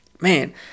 Man